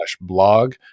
blog